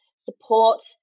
support